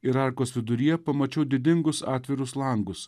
ir arkos viduryje pamačiau didingus atvirus langus